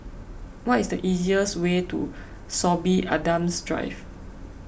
what is the easiest way to Sorby Adams Drive